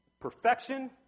Perfection